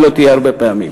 היא לא תהיה הרבה פעמים.